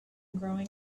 growing